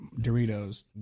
Doritos